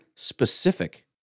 specific